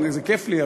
זה כיף לי,